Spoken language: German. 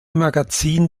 magazin